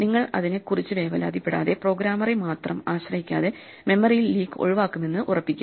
നിങ്ങൾക്ക് അതിനെ കുറിച്ച് വേവലാതിപ്പെടാതെ പ്രോഗ്രാമറെ മാത്രം ആശ്രയിക്കാതെ മെമ്മറി ലീക്ക് ഒഴിവാക്കുമെന്ന് ഉറപ്പിക്കാം